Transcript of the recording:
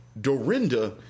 Dorinda